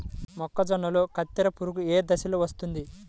మొక్కజొన్నలో కత్తెర పురుగు ఏ దశలో వస్తుంది?